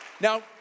Now